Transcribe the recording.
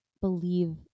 believe